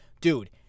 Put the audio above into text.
Dude